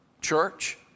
church